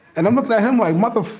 and i'm looking at him like mother.